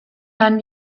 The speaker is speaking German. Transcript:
dann